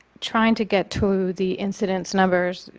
trying to get to the incidence numbers,